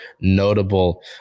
notable